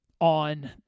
on